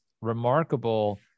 remarkable